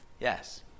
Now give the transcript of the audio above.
yes